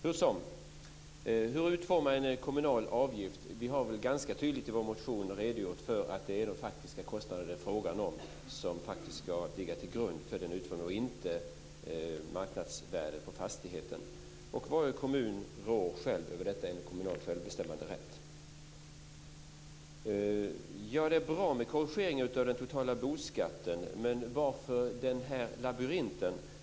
När det gäller frågan hur den kommunala avgiften ska utformas vill jag säga att vi i vår motion ganska tydligt har redogjort för att det är de faktiska kostnaderna som ska ligga till grund för utformningen, inte marknadsvärdet på fastigheten. Varje kommun råder själv över detta enligt den kommunala självbestämmanderätten. Det är bra med korrigeringen av den totala boskatten, men varför denna labyrint?